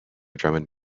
drummond